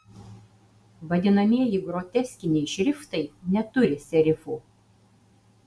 vadinamieji groteskiniai šriftai neturi serifų